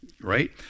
right